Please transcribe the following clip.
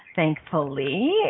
Thankfully